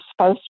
supposed